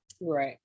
Right